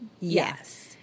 Yes